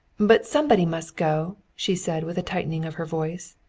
but somebody must go, she said with a tightening of her voice.